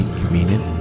convenient